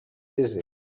dizzy